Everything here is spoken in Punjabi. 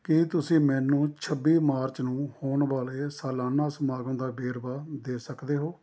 ਕੀ ਤੁਸੀਂ ਮੈਨੂੰ ਛੱਬੀ ਮਾਰਚ ਨੂੰ ਹੋਣ ਵਾਲੇ ਸਾਲਾਨਾ ਸਮਾਗਮ ਦਾ ਵੇਰਵਾ ਦੇ ਸਕਦੇ ਹੋ